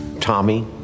Tommy